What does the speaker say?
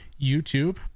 YouTube